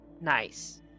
Nice